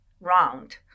round